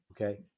Okay